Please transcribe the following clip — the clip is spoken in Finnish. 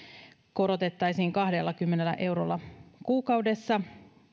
korotettaisiin kahdellakymmenellä eurolla kuukaudessa